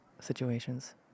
situations